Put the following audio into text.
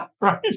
Right